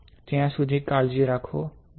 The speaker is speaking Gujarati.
ત્યાં સુધી કાળજી રાખજો બાય